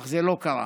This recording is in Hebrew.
אך זה לא קרה.